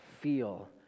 feel